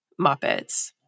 Muppets